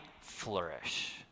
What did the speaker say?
flourish